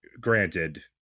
granted